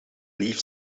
leaf